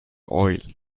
oil